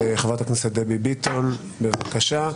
חברת הכנסת דבי ביטון, בבקשה.